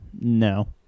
No